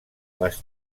les